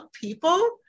people